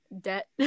debt